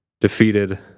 defeated